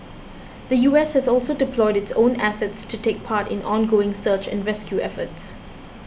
the U S has also deployed its own assets to take part in ongoing search and rescue efforts